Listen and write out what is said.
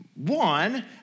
One